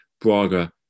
Braga